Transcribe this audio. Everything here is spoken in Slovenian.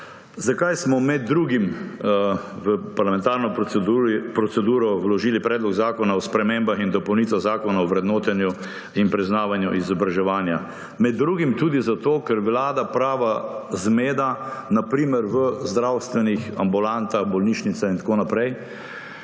Zakaj smo med drugim v parlamentarno proceduro vložili Predlog zakona o spremembah in dopolnitvah Zakona o vrednotenju in priznavanju izobraževanja? Med drugim tudi zato, ker vlada prava zmeda na primer v zdravstvenih ambulantah, bolnišnicah in tako naprej,